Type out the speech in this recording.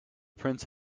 prince